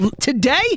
Today